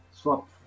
swap